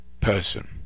person